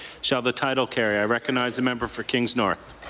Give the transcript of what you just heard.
shall the title carry i recognize the member for kings north.